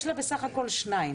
יש לה בסך הכול שניים